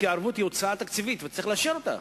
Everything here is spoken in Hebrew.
כי ערבות היא הוצאה תקציבית וצריך לאשר אותה.